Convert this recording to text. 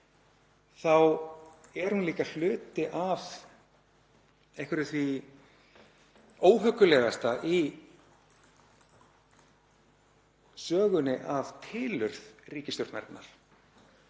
þá er það líka hluti af einhverju því óhuggulegasta í sögunni af tilurð ríkisstjórnarinnar,